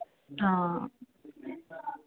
ਹਾਂ